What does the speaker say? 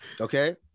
Okay